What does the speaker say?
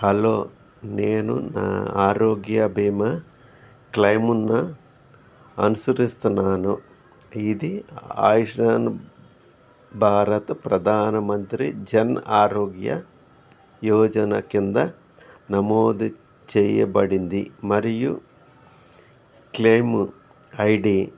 hello నేను నా ఆరోగ్య బీమా క్లెయిమున్న అనుసరిస్తున్నాను ఇది ఆయుషన్ భారత్ ప్రధాన మంత్రి జన్ ఆరోగ్య యోజన కింద నమోదు చేయబడింది మరియు క్లెయిము ఐడి